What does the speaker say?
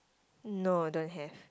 no don't have